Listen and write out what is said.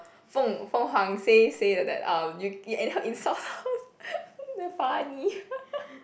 Fong Fong-Huang say say that that uh you you anyhow insult damn funny